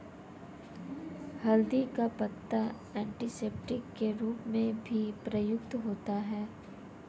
हल्दी का पत्ता एंटीसेप्टिक के रूप में भी प्रयुक्त होता है